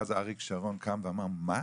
ואז אריק שרון קם ואמר: מה?